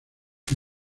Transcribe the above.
que